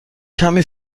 کمی